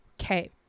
Okay